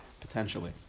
potentially